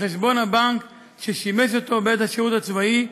לחשבון הבנק ששימש אותו בעת השירות הצבאי,